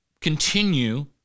continue